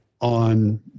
on